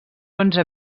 onze